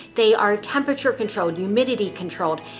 they are temperature controlled, humidity controlled,